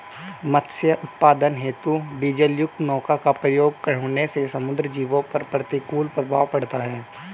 मत्स्य उत्पादन हेतु डीजलयुक्त नौका का प्रयोग होने से समुद्री जीवों पर प्रतिकूल प्रभाव पड़ता है